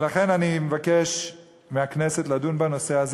ולכן אני מבקש מהכנסת לדון בנושא הזה.